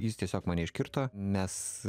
jis tiesiog mane iškirto nes